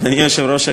אדוני היושב-ראש,